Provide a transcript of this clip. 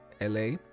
la